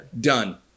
Done